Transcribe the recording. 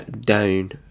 down